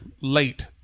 late